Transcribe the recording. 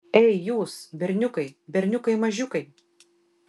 ei jūs berniukai berniukai mažiukai